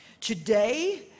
Today